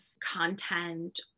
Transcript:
content